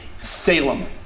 Salem